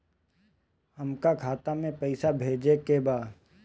हमका खाता में पइसा भेजे के बा